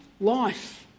life